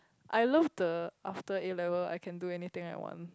I love the after A-level I can do anything I want